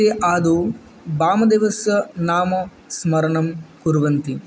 ते आदौ वामदेवस्य नाम स्मरणं कुर्वन्ति